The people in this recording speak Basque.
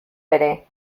ere